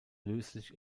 löslich